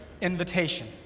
invitation